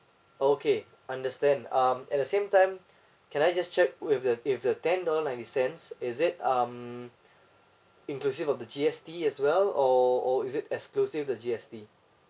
okay understand um at the same time can I just check with the if the ten dollar ninety cents is it um inclusive of the G_S_T as well or or is it exclusive the G_S_T